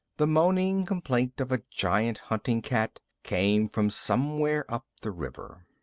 the moaning complaint of a giant hunting cat came from somewhere up the river.